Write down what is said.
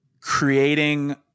creating